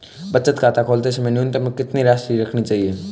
बचत खाता खोलते समय न्यूनतम कितनी राशि रखनी चाहिए?